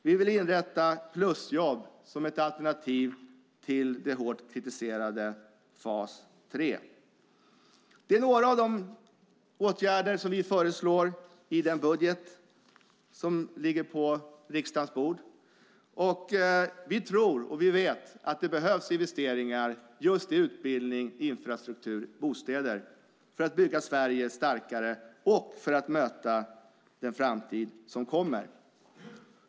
Vi vill inrätta plusjobb som ett alternativ till den hårt kritiserade fas 3. Det är några av de åtgärder som vi föreslår i den budget som ligger på riksdagens bord. Vi vet att det behövs investeringar just i utbildning, infrastruktur och bostäder för att bygga Sverige starkare och för att möta den framtid som kommer.